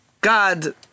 God